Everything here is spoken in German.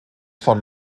von